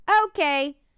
Okay